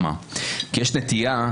יש נטייה,